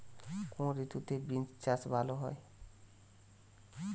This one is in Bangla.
কোন ঋতুতে বিন্স চাষ ভালো হয়?